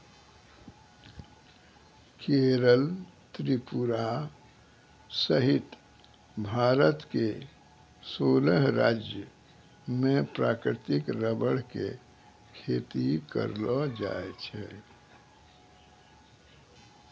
केरल त्रिपुरा सहित भारत के सोलह राज्य मॅ प्राकृतिक रबर के खेती करलो जाय छै